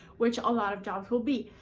which a lot of jobs will be.